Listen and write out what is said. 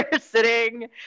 sitting